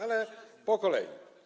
Ale po kolei.